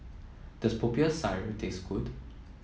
does Popiah Sayur taste good